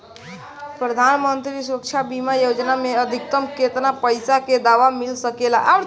प्रधानमंत्री सुरक्षा बीमा योजना मे अधिक्तम केतना पइसा के दवा मिल सके ला?